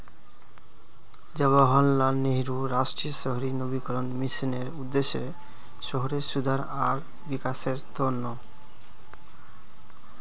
जवाहरलाल नेहरू राष्ट्रीय शहरी नवीकरण मिशनेर उद्देश्य शहरेर सुधार आर विकासेर त न